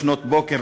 לפנות בוקר,